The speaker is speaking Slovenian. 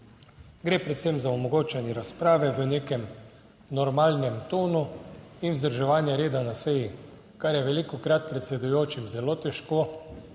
gre predvsem za omogočanje razprave v nekem normalnem tonu in vzdrževanje reda na seji, kar je velikokrat predsedujočim zelo težko,